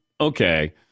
okay